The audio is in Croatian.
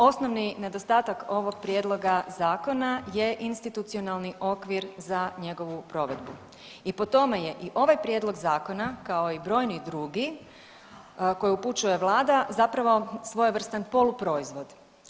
Osnovni nedostatak ovog prijedloga zakona je institucionalni okvir za njegovu provedbu i po tome i ovaj prijedlog zakona kao i brojni drugi koje uopućuje Vlada zapravo svojevrstan poluproizvod.